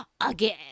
again